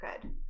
Good